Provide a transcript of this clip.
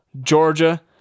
Georgia